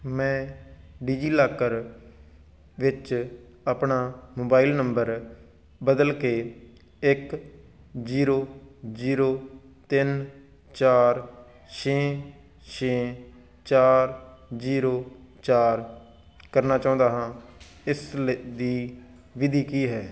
ਮੈਂ ਡਿਜੀਲਾਕਰ ਵਿੱਚ ਆਪਣਾ ਮੋਬਾਈਲ ਨੰਬਰ ਬਦਲ ਕੇ ਇੱਕ ਜ਼ੀਰੋ ਜ਼ੀਰੋ ਤਿੰਨ ਚਾਰ ਛੇ ਛੇ ਚਾਰ ਜ਼ੀਰੋ ਚਾਰ ਕਰਨਾ ਚਾਹੁੰਦਾ ਹਾਂ ਇਸ ਦੀ ਵਿਧੀ ਕੀ ਹੈ